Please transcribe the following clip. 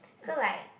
so like